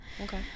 okay